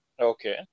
Okay